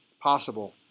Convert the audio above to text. possible